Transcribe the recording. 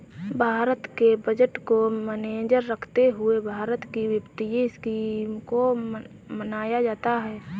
भारत के बजट को मद्देनजर रखते हुए भारत की वित्तीय स्कीम को बनाया जाता है